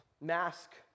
mask